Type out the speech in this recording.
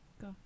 Go